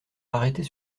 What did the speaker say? arrêter